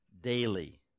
daily